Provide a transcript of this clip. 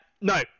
No